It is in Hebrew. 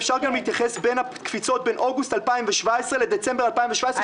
אפשר גם להתייחס לקפיצות בין אוגוסט 2017 לדצמבר 2017,